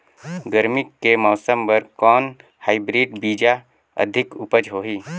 गरमी के मौसम बर कौन हाईब्रिड बीजा अधिक उपज होही?